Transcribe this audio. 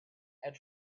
and